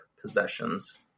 possessions